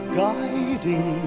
guiding